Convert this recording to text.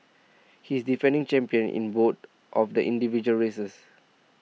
he is defending champion in both of the individual races